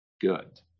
good